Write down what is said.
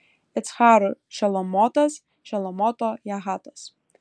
iccharų šelomotas šelomoto jahatas